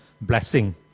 blessing